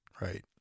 Right